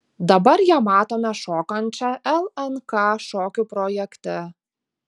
dabar ją matome šokančią lnk šokių projekte